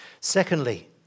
Secondly